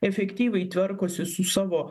efektyviai tvarkosi su savo